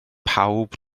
pawb